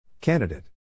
Candidate